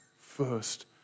first